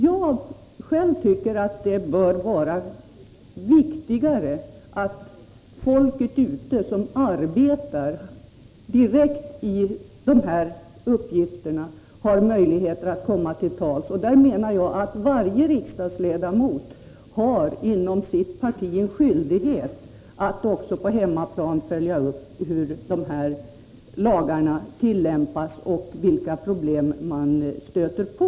Jag anser att det bör vara viktigare att människor ute på fältet som arbetar direkt med dessa uppgifter har en möjlighet att komma till tals, och varje riksdagsledamot har skyldighet att inom sitt parti även på hemmaplan följa upp hur de här lagarna tillämpas och vilka problem man stöter på.